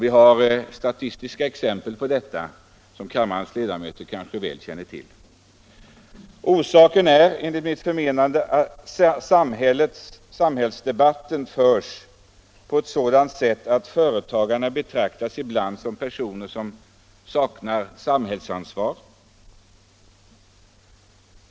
Vi har statistiska exempel på det, som kammarens ledamöter kanske väl känner till. Orsaken är, enligt mitt förmenande, att samhällsdebatten förs på ett sådant sätt att företagarna ibland betraktas som personer som saknar samhällsansvar.